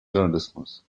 journalismus